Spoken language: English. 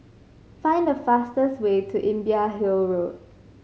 find the fastest way to Imbiah Hill Road